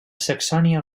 saxònia